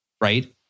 right